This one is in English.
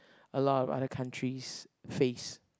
a lot of other countries face